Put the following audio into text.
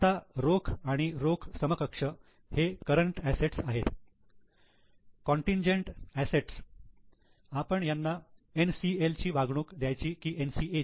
आता रोख आणि रोख समकक्ष हे करंट असेट्स आहेत कॉन्टिनजेन्ट असेट्स आपण त्यांना NCL ची वागणूक द्यायची की NCA ची